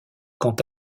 quant